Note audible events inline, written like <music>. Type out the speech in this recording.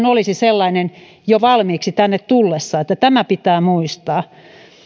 <unintelligible> olisi sellainen jo valmiiksi tänne tullessaan tämä pitää muistaa